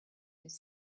this